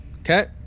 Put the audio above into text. Okay